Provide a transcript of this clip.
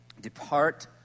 depart